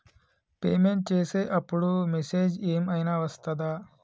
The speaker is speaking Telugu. పేమెంట్ చేసే అప్పుడు మెసేజ్ ఏం ఐనా వస్తదా?